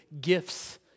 gifts